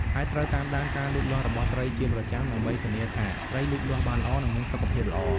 ហើយត្រូវតាមដានការលូតលាស់របស់ត្រីជាប្រចាំដើម្បីធានាថាត្រីលូតលាស់បានល្អ និងមានសុខភាពល្អ។